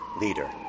leader